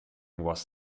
was